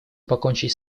покончить